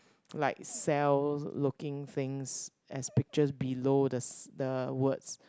like cells looking things as pictures below the s~ the words